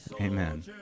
Amen